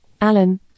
Alan